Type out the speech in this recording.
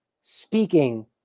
speaking